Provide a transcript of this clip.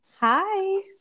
Hi